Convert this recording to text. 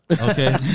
Okay